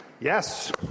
Yes